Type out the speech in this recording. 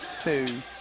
two